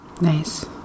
Nice